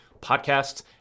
podcasts